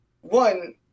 one